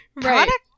product